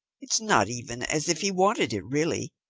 it's not even as if he wanted it really.